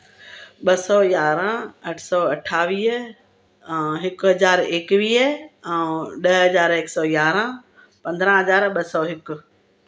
ॿ सौ यारहं अठ सौ अठावीह अ हिकु हज़ार एकवीह ऐं ॾह हज़ार हिकु सौ यारहं पंद्रहं हज़ार ॿ सौ हिकु